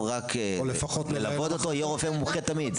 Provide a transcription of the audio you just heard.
כדי ללוות אותו יהיה רופא מומחה תמיד.